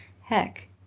heck